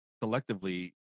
collectively